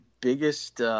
biggest –